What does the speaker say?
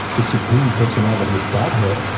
the supreme personality of godhead,